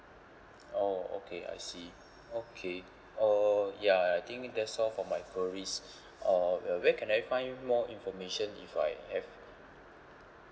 oh okay I see okay uh ya and I think that's all for my queries uh whe~ where can I find more information if I have